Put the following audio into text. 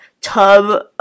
tub